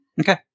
Okay